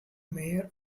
mayor